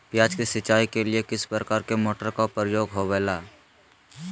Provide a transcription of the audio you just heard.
प्याज के सिंचाई के लिए किस प्रकार के मोटर का प्रयोग होवेला?